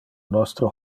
nostre